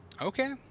Okay